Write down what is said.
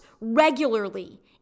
regularly